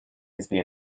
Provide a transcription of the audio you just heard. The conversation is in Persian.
حزبی